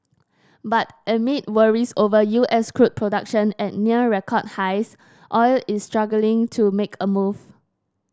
but amid worries over U S crude production at near record highs oil is struggling to make a move